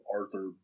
Arthur